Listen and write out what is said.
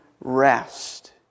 rest